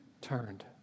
turned